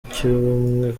cy’ubumwe